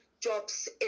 jobs